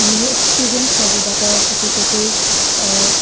हामीले एक्सपिरियस्न्डसहरूबाट सिकेको चाहिँ